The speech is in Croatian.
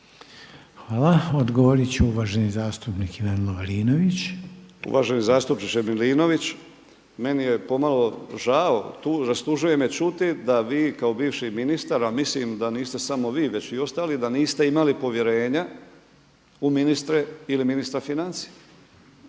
**Lovrinović, Ivan (Promijenimo Hrvatsku)** Uvaženi zastupniče Milinović, meni je pomalo žao, tu rastužuje me čuti da vi kao bivši ministar, a mislim da niste samo vi, već i ostali da niste imali povjerenja u ministre ili ministar financija.